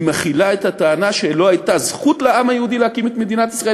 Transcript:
היא מכילה את הטענה שלא הייתה זכות לעם היהודי להקים את מדינת ישראל.